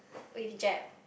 with Jap